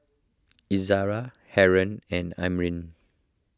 Izzara Haron and Amrin